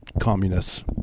communists